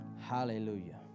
Hallelujah